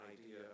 idea